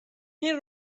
این